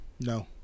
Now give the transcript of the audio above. No